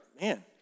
man